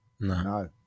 No